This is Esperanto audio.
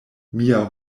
mia